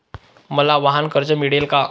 मला वाहनकर्ज मिळेल का?